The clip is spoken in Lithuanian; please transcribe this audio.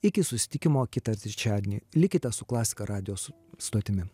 iki susitikimo kitą trečiadienį likite su klasika radijo stotimi